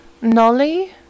Nolly